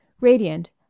radiant